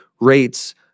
rates